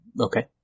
okay